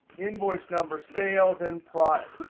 invoice numbers, sales, and product.